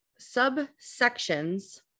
subsections